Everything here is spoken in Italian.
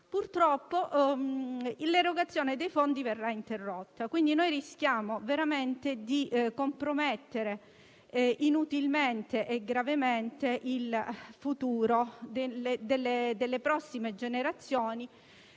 purtroppo l'erogazione dei fondi verrà interrotta. Pertanto rischiamo di compromettere inutilmente e gravemente il futuro delle prossime generazioni,